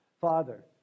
Father